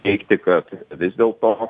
teigti kad vis dėlto